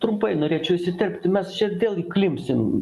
trumpai norėčiau įsiterpti mes čia vėl įklimpsim